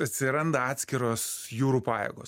atsiranda atskiros jūrų pajėgos